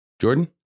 Jordan